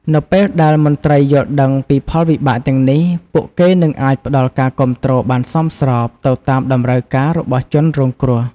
នៅពេលដែលមន្ត្រីយល់ដឹងពីផលវិបាកទាំងនេះ ពួកគេនឹងអាចផ្តល់ការគាំទ្របានសមស្របទៅតាមតម្រូវការរបស់ជនរងគ្រោះ។